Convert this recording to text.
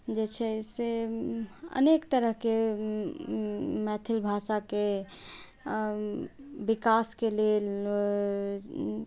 जे छै से अनेक तरहके मैथिली भाषाके विकासके लेल